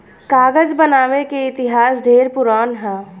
कागज बनावे के इतिहास ढेरे पुरान ह